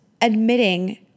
admitting